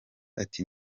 ati